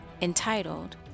entitled